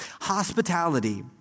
Hospitality